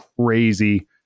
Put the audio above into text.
crazy